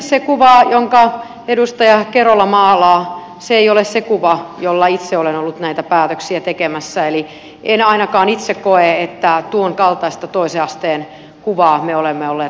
se kuva jonka edustaja kerola maalaa ei ole se kuva jolla itse olen ollut näitä päätöksiä tekemässä eli en ainakaan itse koe että tuon kaltaista toisen asteen kuvaa me olemme olleet rakentamassa